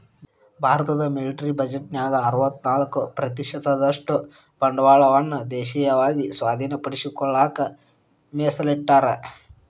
ಭಾರತದ ಮಿಲಿಟರಿ ಬಜೆಟ್ನ್ಯಾಗ ಅರವತ್ತ್ನಾಕ ಪ್ರತಿಶತದಷ್ಟ ಬಂಡವಾಳವನ್ನ ದೇಶೇಯವಾಗಿ ಸ್ವಾಧೇನಪಡಿಸಿಕೊಳ್ಳಕ ಮೇಸಲಿಟ್ಟರ